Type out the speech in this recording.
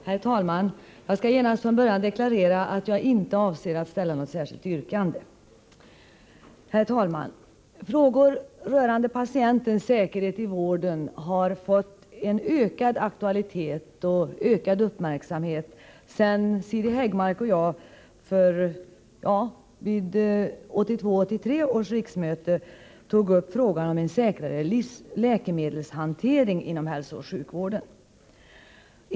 Herr talman! Jag skall från början deklarera att jag inte avser att ställa något särskilt yrkande. Herr talman! Frågor rörande patientens säkerhet i vården har fått ökad aktualitet och uppmärksamhet sedan Siri Häggmark och jag vid 1982/83 års riksmöte tog upp frågan om en säkrare läkemedelshantering inom hälsooch sjukvården.